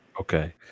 Okay